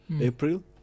April